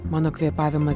mano kvėpavimas